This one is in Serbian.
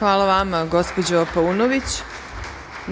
Hvala vama gospođo Paunović.